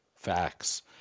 FACTS